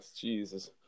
Jesus